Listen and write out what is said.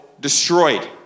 destroyed